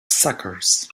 suckers